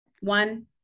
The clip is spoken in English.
one